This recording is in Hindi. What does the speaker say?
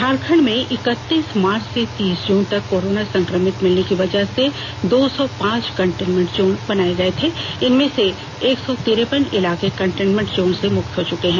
झारखंड में इक्तीस मार्च से तीस जून तक कोरोना संकमित मिलने की वजह दो सौ पांच कंटेनमेंट जोन बनाये गए थे इनमें से एक सौ तिरेपन इलाके कंटेनमेंट जोन से मुक्त हो चुके हैं